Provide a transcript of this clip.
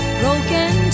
broken